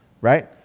right